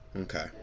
Okay